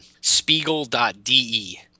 spiegel.de